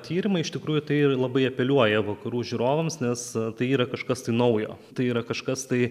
tyrimai iš tikrųjų tai labai apeliuoja vakarų žiūrovams nes tai yra kažkas tai naujo tai yra kažkas tai